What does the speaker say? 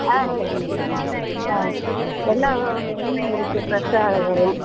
ஆ சரிங்க சார் ஆ எல்லா இதுவுமே இருக்குது ஃப்ரெஷ்ஷாக வரும்